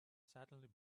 suddenly